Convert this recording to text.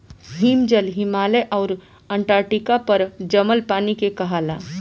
हिमजल, हिमालय आउर अन्टार्टिका पर जमल पानी के कहाला